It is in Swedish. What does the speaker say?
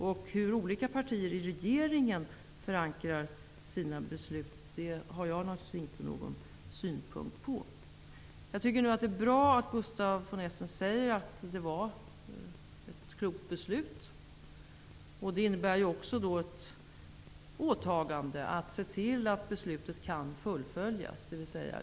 Jag har naturligtvis ingen synpunkt på hur olika partier i regeringen förankrar sina beslut. Det är bra att Gustaf von Essen säger att det var ett klokt beslut. Det innebär också ett åtagande att se till att beslutet kan fullföljas ute i kommunerna.